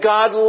God